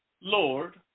Lord